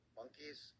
monkeys